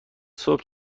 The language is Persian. صبح